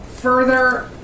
Further